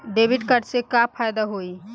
Debit card से का फायदा होई?